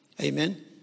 Amen